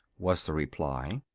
was the reply.